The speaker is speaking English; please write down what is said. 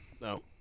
No